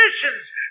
conditions